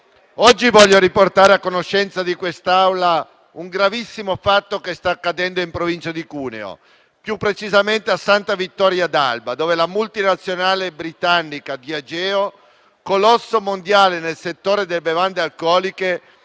oggi voglio portare a conoscenza dell'Assemblea un gravissimo fatto che sta accadendo in provincia di Cuneo, più precisamente a Santa Vittoria d'Alba, dove la multinazionale britannica Diageo, colosso mondiale nel settore delle bevande alcoliche,